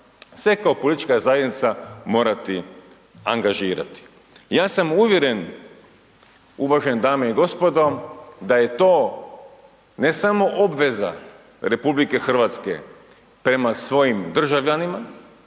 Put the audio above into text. sve kao politička zajednica morati angažirati. Ja sam uvjeren uvažene dame i gospodo da je to ne samo obveza RH prema svojim državljanima,